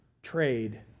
trade